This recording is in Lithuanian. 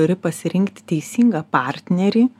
turi pasirinkti teisingą partnerį